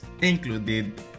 included